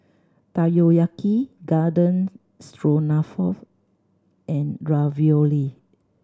Takoyaki Garden Stroganoff and Ravioli